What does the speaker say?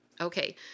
Okay